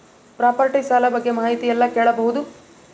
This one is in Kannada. ಪ್ರಾಪರ್ಟಿ ಸಾಲ ಬಗ್ಗೆ ಮಾಹಿತಿ ಎಲ್ಲ ಕೇಳಬಹುದು?